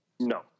No